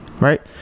Right